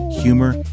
humor